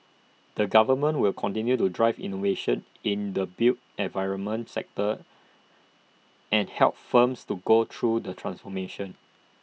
the government will continue to drive innovation in the built environment sector and help firms to go through the transformation